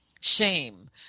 shame